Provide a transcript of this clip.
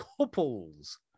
couples